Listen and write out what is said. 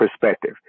perspective